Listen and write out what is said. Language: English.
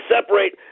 separate